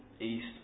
east